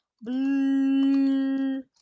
Blue